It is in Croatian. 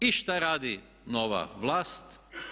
I šta radi nova vlast?